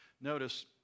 notice